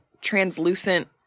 translucent